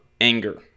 anger